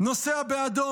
נוסע באדום.